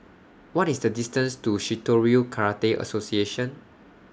What IS The distance to Shitoryu Karate Association